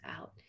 out